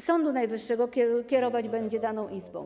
Sądu Najwyższego sędziemu, który kierować będzie daną izbą.